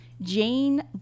Jane